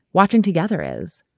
watching together is.